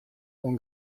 oan